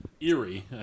eerie